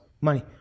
money